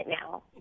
now